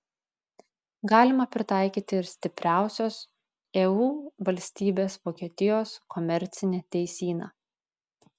galima pritaikyti ir stipriausios eu valstybės vokietijos komercinį teisyną